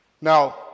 Now